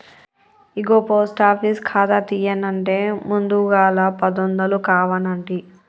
ఇగో post office ఖాతా తీయన్నంటే ముందుగల పదొందలు కావనంటి